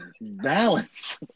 balance